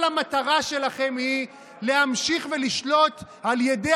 כל המטרה שלכם היא להמשיך ולשלוט על ידי